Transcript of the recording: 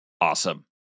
Awesome